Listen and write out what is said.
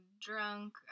drunk